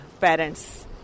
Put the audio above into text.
Parents